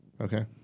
Okay